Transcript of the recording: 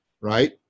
right